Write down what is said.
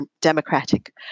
democratic